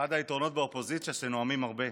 אחד היתרונות באופוזיציה הוא שנואמים הרבה,